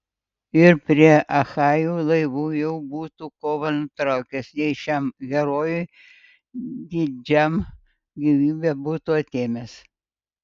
ir prie achajų laivų jau būtų kovą nutraukęs jei šiam herojui didžiam gyvybę būtų atėmęs